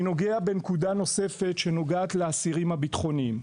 אני נוגע בנקודה נוספת שנוגעת לאסירים הביטחוניים.